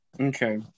Okay